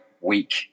week